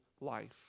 life